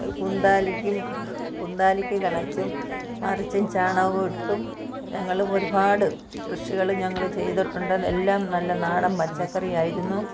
കുന്താലിക്കും കുന്താലിക്ക് കിളച്ചും മറിച്ചും ചാണകം ഇട്ടും ഞങ്ങൾ ഒരുപാട് കൃഷികൾ ഞങ്ങൾ ചെയ്തിട്ടുണ്ട് അതെല്ലാം നല്ല നാടൻ പച്ചക്കറി ആയിരുന്നു